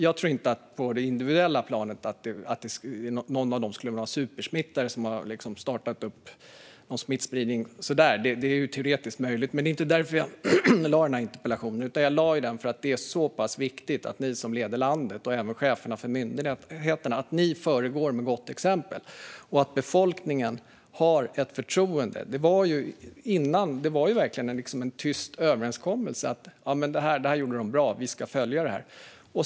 Jag tror inte att någon av dem skulle vara en superspridare som har startat någon smittspridning. Det är teoretiskt möjligt. Men det var inte därför jag ställde min interpellation, utan jag ställde den därför att det är så pass viktigt att ni som leder landet och även cheferna för myndigheterna föregår med gott exempel och att befolkningen har förtroende för er. Det var verkligen en tyst överenskommelse att det här gjorde ni bra och att vi ska följa det.